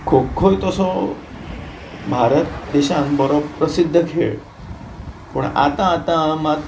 खो खोय तसो भारत देशान बरो प्रसिद्ध खेळ पूण आतां आतां मात